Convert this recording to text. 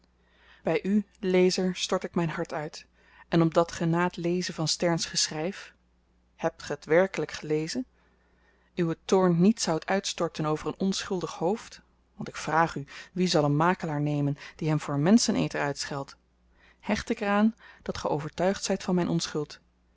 by u lezer stort ik myn hart uit en opdat ge na het lezen van stern's geschryf heb ge t werkelyk gelezen uwen toorn niet zoudt uitstorten over een onschuldig hoofd want ik vraag u wie zal een makelaar nemen die hem voor menscheneter uitscheldt hecht ik er aan dat ge overtuigd zyt van myn onschuld